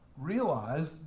realize